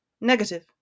Negative